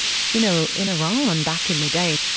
you know in iran back in the day,